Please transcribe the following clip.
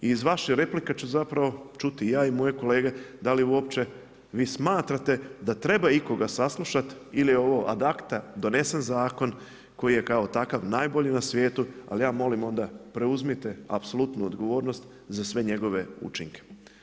Iz vaše replike ću zapravo čuti ja i moje kolege da li uopće vi smatrate da treba ikoga saslušati ili je ovo ad acta, donesen zakon koji je kao takav najbolji na svijetu, ali ja molim onda preuzmite apsolutnu odgovornost za sve njegove učinke.